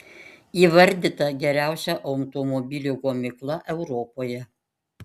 įvardyta geriausia automobilių gamykla europoje